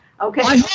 okay